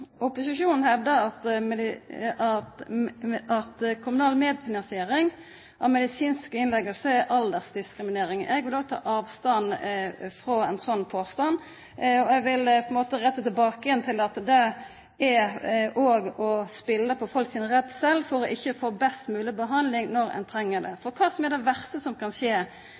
Opposisjonen hevdar at kommunal medfinansiering av medisinsk innlegging er aldersdiskriminering. Eg vil ta avstand frå ein sånn påstand. Eg vil på ein måte retta det tilbake igjen til at det er å spela på folk sin redsel for ikkje å få best mogleg behandling når ein treng det. For kva er er det verste som kan skje